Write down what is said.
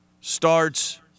starts